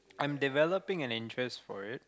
I am developing an interest for it